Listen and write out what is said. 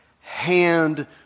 hand